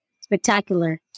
spectacular